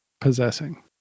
Possessing